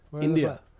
India